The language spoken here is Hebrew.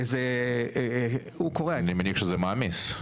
אני מניח שזה מעמיס.